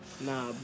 Nah